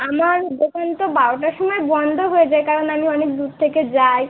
আমার দোকান তো বারোটার সময় বন্ধ হয়ে যায় কারণ আমি অনেক দূর থেকে যাই